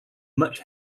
much